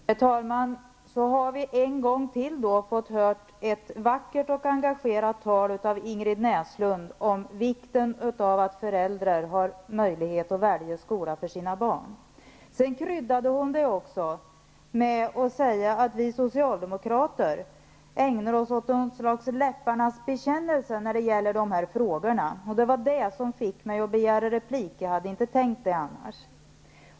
Herr talman! Så har vi en gång till fått höra ett vackert och engagerat tal av Ingrid Näslund om vikten av att föräldrar har möjlighet att välja skola för sina barn. Sedan kryddade hon det också med att säga att vi socialdemokrater ägnar oss åt någon slags läpparnas bekännelse när det gäller dessa frågor. Det var det som fick mig att begära replik, jag hade inte tänkt det annars.